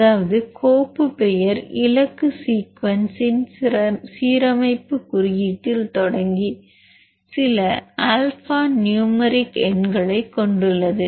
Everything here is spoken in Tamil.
அதாவது கோப்பு பெயர் இலக்கு சீக்வென்ஸ்ன் சீரமைப்பு குறியீட்டில் தொடங்கி சில ஆல்பா நியூமெரிக் எண்களைக் கொண்டுள்ளது